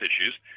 issues